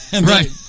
Right